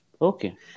Okay